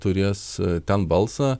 turės ten balsą